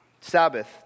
Sabbath